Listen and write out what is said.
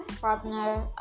partner